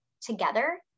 together